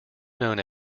known